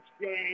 game